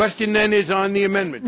question is on the amendment